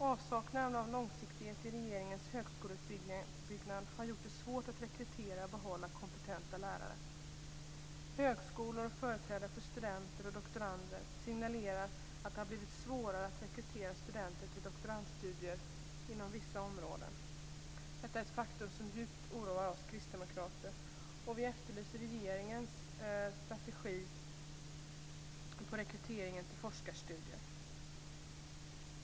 Avsaknaden av långsiktighet i regeringens högskoleutbyggnad har gjort det svårt att rekrytera och behålla kompetenta lärare. Högskolor och företrädare för studenter och doktorander signalerar att det har blivit svårare att rekrytera studenter till doktorandstudier inom vissa områden. Detta är ett faktum som djupt oroar oss kristdemokrater, och vi efterlyser regeringens strategi för rekryteringen till forskarstudier.